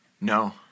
No